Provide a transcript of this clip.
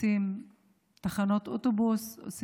עושים תחנות אוטובוסים,